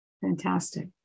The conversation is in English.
Fantastic